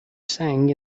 sang